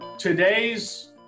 Today's